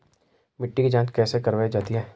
मिट्टी की जाँच कैसे करवायी जाती है?